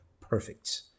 perfect